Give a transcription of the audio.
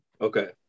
Okay